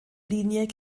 linie